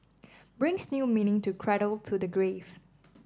brings new meaning to cradle to the grave